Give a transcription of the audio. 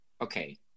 okay